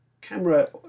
camera